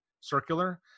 circular